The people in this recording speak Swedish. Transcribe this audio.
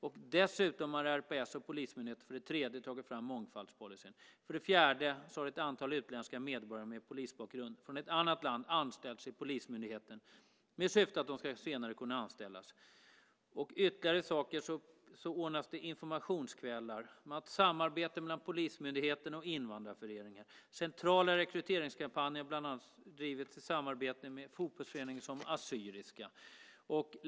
Och RPS och polismyndigheten har tagit fram mångfaldspolicyn. Sedan har ett antal utländska medborgare med polisbakgrund från ett annat land anställts i polismyndigheten med syfte att de senare ska kunna anställas. Det ordnas informationskvällar. Man har ett samarbete mellan polismyndigheten och invandrarföreningar. Centrala rekryteringskampanjer har bland annat drivits i samarbete med fotbollsföreningar som Assyriska.